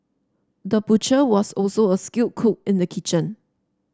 the butcher was also a skilled cook in the kitchen